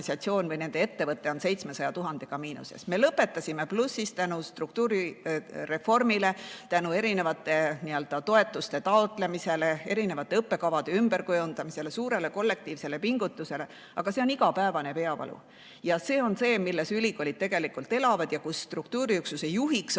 või nende ettevõte on 700 000‑ga miinuses. Me lõpetasime plussis tänu struktuurireformile, tänu erinevate toetuste taotlemisele, erinevate õppekavade ümberkujundamisele, suurele kollektiivsele pingutusele, aga see on igapäevane peavalu. See on see, millises olukorras ülikoolid tegelikult elavad. Struktuuriüksuse juhiks